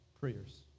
prayers